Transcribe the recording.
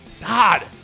God